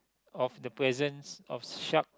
of the presence of shark